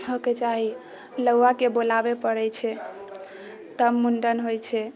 होइके चाही नौआके बोलाबे पड़ै छै तब मुण्डन होइ छै